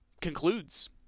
concludes